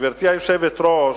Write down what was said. גברתי היושבת-ראש,